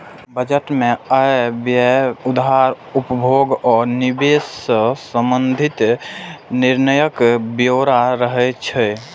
budget मे आय, व्यय, उधार, उपभोग आ निवेश सं संबंधित निर्णयक ब्यौरा रहै छै